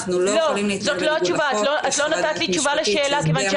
אנחנו לא יכולים להתנהל בניגוד לחוק,